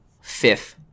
Fifth